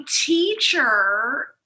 teacher